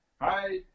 Hi